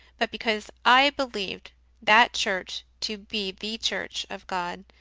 but because i believed that church to be the church of god,